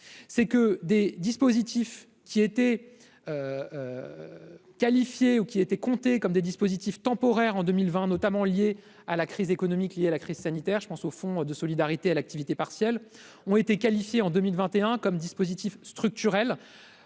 c'est que des dispositifs qui étaient qualifiés ou qui étaient comptés comme des dispositifs temporaires en 2020, notamment liés à la crise économique liée à la crise sanitaire, je pense au fonds de solidarité à l'activité partielle ont été qualifiés en 2021 comme dispositif structurel